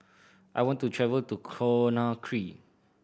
I want to travel to Conakry